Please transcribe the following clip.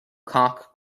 cock